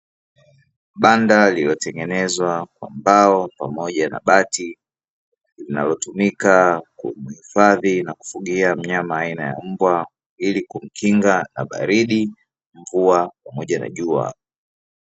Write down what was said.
Banda lilio tengenezwa kwa mbao pamoja na bati linalo tumika kuhifadhi na kufingia mnyama aina ya mbwa, ili kumkinga na baridi, mvua pamoja na jua.